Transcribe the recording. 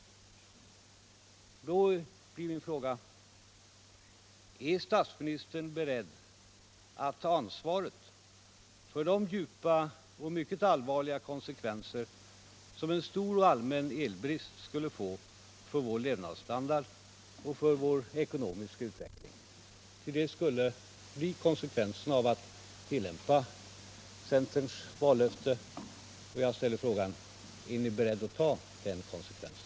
I anledning av detta blir min fråga: Är statsministern beredd att ta ansvaret för de djupgående och mycket allvarliga konsekvenser som en stor och allmän elbrist skulle få för vår levnadsstandard och för vår ekonomiska utveckling? För en sådan elbrist blir följden av att tillämpa centerns vallöfte. Jag ställer som sagt frågan: Är ni beredda att ta den konsekvensen?